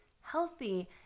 healthy